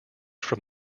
from